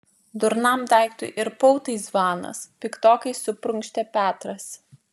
durnam daiktui ir pautai zvanas piktokai suprunkštė petras